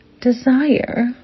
desire